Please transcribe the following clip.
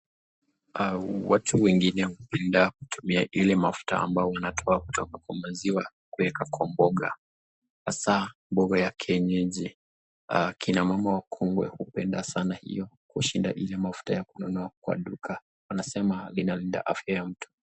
Watu wengine hupenda kutumia ile mafuta wanatoa kutoka kwa maziwa kuweka kwa mboga hasaa mboga ya kienyeji. Kina mama hupenda sana hiyo kushinda ile mafuta ya kununua kwa duka wanasema ilinda afya ya mtu.